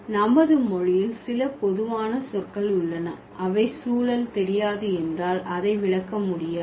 நமது மொழியில் சில பொதுவான சொற்கள் உள்ளன அவை சூழல் தெரியாது என்றால் அதை விளக்க முடியாது